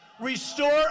restore